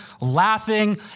laughing